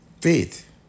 Faith